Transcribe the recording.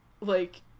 like-